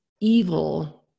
evil